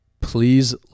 Please